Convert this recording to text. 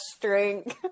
drink